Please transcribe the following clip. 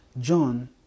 John